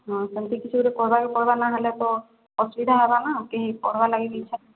ହଁ ସେମ୍ତି କିଛି ଗୋଟେ କର୍ବାକେ ପଡ଼୍ବା ନ ହେଲେ ତ ଅସୁବିଧା ହବା ନା କେହି ପଢ଼ବା ଲାଗି କି ଇଚ୍ଛା